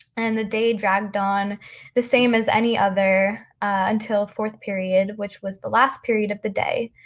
and the day dragged on the same as any other until fourth period, which was the last period of the day.